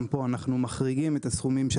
גם פה אנחנו מחריגים את הסכומים של